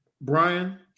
Brian